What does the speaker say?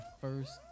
first